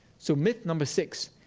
so myth number six.